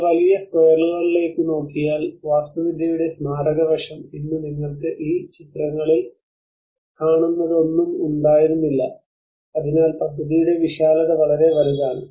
നിങ്ങൾ വലിയ സ്ക്വയറുകളിലേക്ക് നോക്കിയാൽ വാസ്തുവിദ്യയുടെ സ്മാരക വശം ഇന്ന് നിങ്ങൾ ഈ ചിത്രങ്ങളിൽ കാണുന്നത് ഒന്നും ഉണ്ടായിരുന്നില്ല അതിനാൽ പദ്ധതിയുടെ വിശാലത വളരെ വലുതാണ്